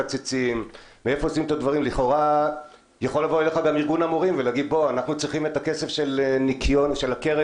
לכאורה יכולים גם המורים לדרוש כסף מהקרן